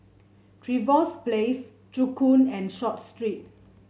Trevose Place Joo Koon and Short Street